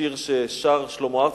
שיר ששר שלמה ארצי,